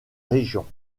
régions